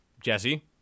Jesse